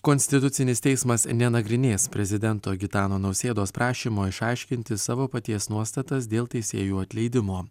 konstitucinis teismas nenagrinės prezidento gitano nausėdos prašymo išaiškinti savo paties nuostatas dėl teisėjų atleidimo